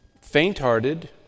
faint-hearted